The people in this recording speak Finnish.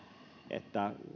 että